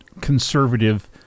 conservative